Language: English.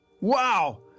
wow